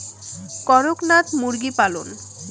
করকনাথ মুরগি পালন?